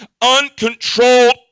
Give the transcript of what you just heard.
Uncontrolled